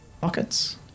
Pockets